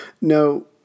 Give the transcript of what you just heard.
No